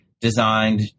designed